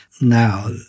Now